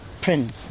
prince